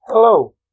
Hello